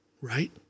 right